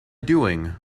doing